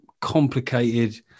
complicated